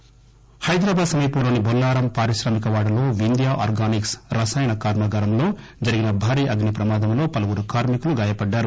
fire accident Hyderabad సమీపంలోని టొల్లారం పారిశ్రామికవాడలో Vindhya organics రసాయన కర్మాగారంలో జరిగిన భారీ అగ్ని ప్రమాదంలో పలువురు కార్శికులు గాయపడ్డారు